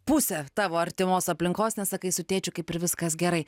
pusę tavo artimos aplinkos nes sakai su tėčiu kaip ir viskas gerai